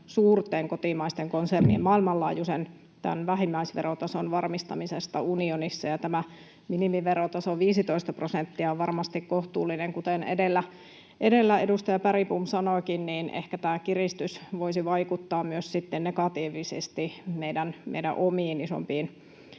suurten kotimaisten konsernien maailmanlaajuisen vähimmäisverotason varmistamisesta unionissa. Tämä minimiverotaso 15 prosenttia on varmasti kohtuullinen, kuten edellä edustaja Bergbom sanoikin. Ehkä tämä kiristys voisi vaikuttaa myös sitten negatiivisesti meidän omiin isompiin